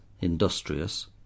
industrious